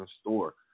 store